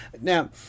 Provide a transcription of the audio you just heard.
Now